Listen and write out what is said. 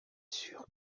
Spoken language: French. sûr